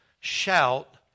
shout